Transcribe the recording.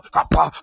apa